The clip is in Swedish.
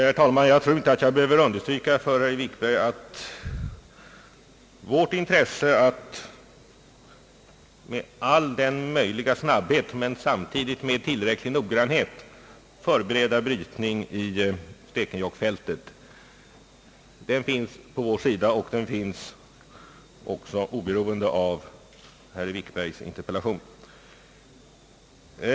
Herr talman! Jag tror inte att jag behöver understryka för herr Wikberg att intresset att med all möjlig snabbhet men samtidigt med tillräcklig noggrannhet förbereda brytning i Stekenjokksfältet finns på vår sida; och det finns även oberoende av herr Wikbergs interpellation.